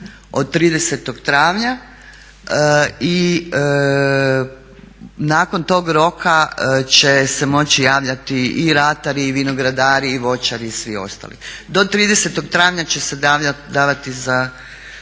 od 30. travnja i nakon tog roka će se moći javljati i ratari i vinogradari i voćari i svi ostali. Do 30. travnja će se davati za